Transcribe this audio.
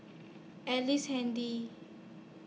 Ellice Handy